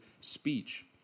speech